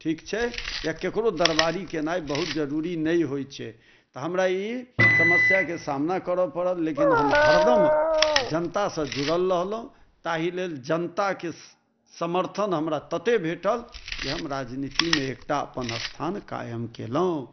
ठीक छै या ककरो दरबारी केनाइ बहुत जरूरी नहि होइ छै तऽ हमरा ई समस्याके सामना करऽ पड़ल लेकिन हम हरदम जनतासँ जुड़ल रहलहुँ ताहि लेल जनताके समर्थन हमरा तत्ते भेटल जे हम राजनीतिमे एकटा अपन स्थान कायम कयलहुँ